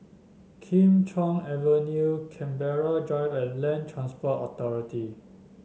Kim Chuan Avenue Canberra Drive and Land Transport Authority